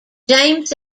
james